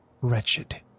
wretched